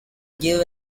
give